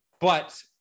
but-